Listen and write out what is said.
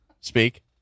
Speak